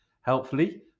helpfully